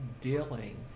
dealing